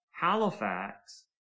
Halifax